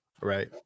right